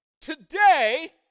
today